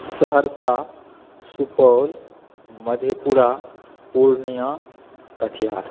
Saharsa Supaul Madhepura Purnia Katihar